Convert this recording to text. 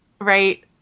right